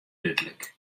dúdlik